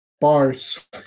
Bars